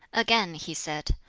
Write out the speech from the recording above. again he said,